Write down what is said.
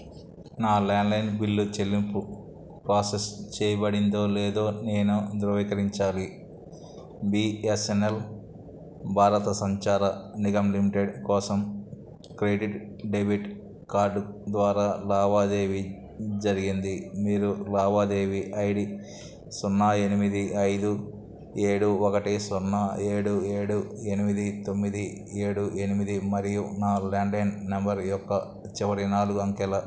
నా landline bill చెల్లింపు process చేయబడిందో లేదో నేను ధృవీకరించాలి B S N L Bharat Sanchar Nigam limited కోసం క్రెడిట్ డెబిట్ కార్డు ద్వారా లావాదేవీ జరిగింది మీరు లావాదేవీ ఐ డి సున్నా ఎనిమిది ఐదు ఏడు ఒకటి సున్నా ఏడు ఏడు ఎనిమిది తొమ్మిది ఏడు ఎనిమిది మరియు నా ల్యాండ్లైన్ నంబరు యొక్క చివరి నాలుగు అంకెల